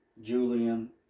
Julian